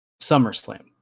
SummerSlam